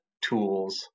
tools